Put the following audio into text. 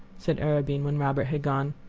said arobin when robert had gone.